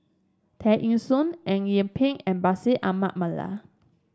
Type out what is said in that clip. Tear Ee Soon Eng Yee Peng and Bashir Ahmad Mallal